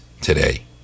today